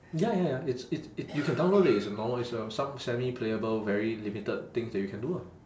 ya ya ya it's it's it you can download it it's a normal it's a some semi playable very limited things that you can do ah